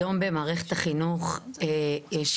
היום במערכת החינוך יש